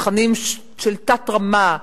תכנים של תת-רמה,